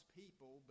people